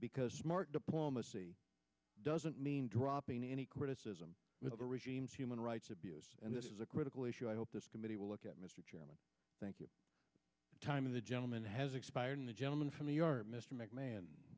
because smart diplomacy doesn't mean dropping any criticism with the regimes human rights abuse and this is a critical issue i hope this committee will look at mr chairman thank you time of the gentleman has expired the gentleman from your mr mcmahon